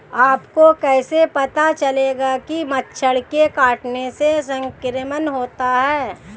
आपको कैसे पता चलेगा कि मच्छर के काटने से संक्रमण होता है?